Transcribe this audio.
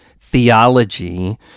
theology